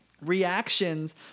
reactions